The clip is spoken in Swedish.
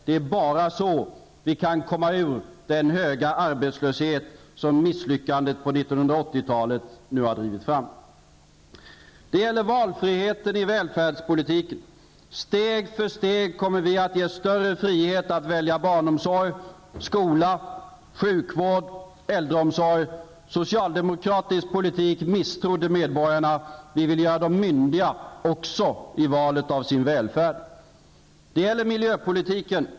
Det är bara så vi kan komma ur den höga arbetslöshet som misslyckandet på 1980-talet nu har drivit fram. Det gäller valfriheten i välfärdspolitiken. Steg för steg kommer vi att ge större frihet att välja barnomsorg, skola, sjukvård, äldreomsorg. Socialdemokratisk politik misstrodde medborgarna. Vi vill göra dem myndiga också i valet av sin välfärd. Det gäller miljöpolitiken.